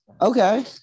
okay